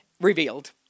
revealed